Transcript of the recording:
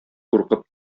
куркып